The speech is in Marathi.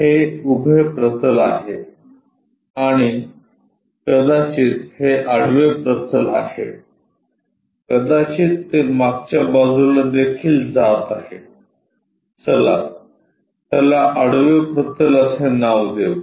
हे उभे प्रतल आहे आणि कदाचित हे आडवे प्रतल आहे कदाचित ते मागच्या बाजूला देखील जात आहे चला त्याला आडवे प्रतल असे नाव देऊ